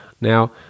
Now